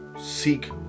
seek